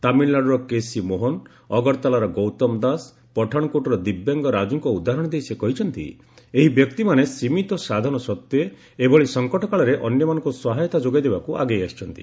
ତାମିଲନାଡୁର କେସି ମୋହନ ଅଗରତାଲାର ଗୌତମ ଦାସ ପଠାଶକୋଟର ଦିବ୍ୟାଙ୍ଗ ରାଜୁଙ୍କ ଉଦାହରଣ ଦେଇ ସେ କହିଛନ୍ତି ଏହି ବ୍ୟକ୍ତିମାନେ ସୀମିତ ସାଧନ ସତ୍ୱେ ଏଭଳି ସଂକଟକାଳରେ ଅନ୍ୟମାନଙ୍କୁ ସହାୟତା ଯୋଗାଇ ଦେବାକୁ ଆଗେଇ ଆସିଛନ୍ତି